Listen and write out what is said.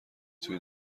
توی